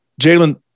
Jalen